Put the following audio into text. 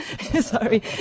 sorry